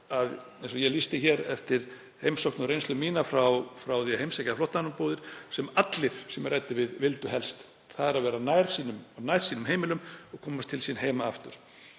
ég lýsti hér eftir heimsókn og reynslu mína frá því að heimsækja flóttamannabúðir vildu allir sem ég ræddi við helst vera sem næst sínum heimilum og komast til sín heima aftur.